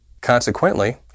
Consequently